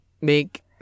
make